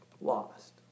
lost